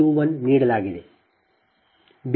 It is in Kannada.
001ಎಂದು ನೀಡಲಾಗಿದೆ